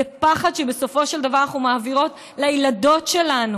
זה פחד שבסופו של דבר אנחנו מעבירות לילדות שלנו